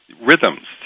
rhythms